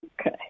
Okay